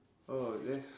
oh that's